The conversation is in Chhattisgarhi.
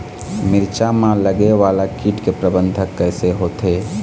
मिरचा मा लगे वाला कीट के प्रबंधन कइसे होथे?